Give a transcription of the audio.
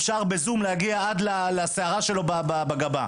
אפשר בזום להגיע עד השערה שלו בגבה.